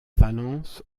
valence